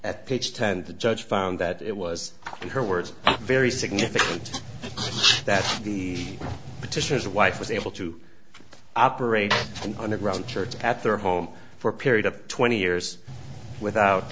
page ten the judge found that it was in her words very significant that the petitioners wife was able to operate an underground church at their home for a period of twenty years without